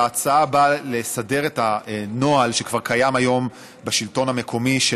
ההצעה באה לסדר את הנוהל שכבר קיים כיום בשלטון המקומי של